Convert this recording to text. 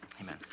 Amen